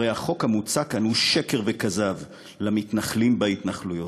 הרי החוק המוצע כאן הוא שקר וכזב למתנחלים בהתנחלויות,